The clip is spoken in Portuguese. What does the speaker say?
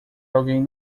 alguém